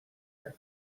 her